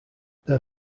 their